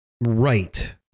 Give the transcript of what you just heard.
right